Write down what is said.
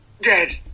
dead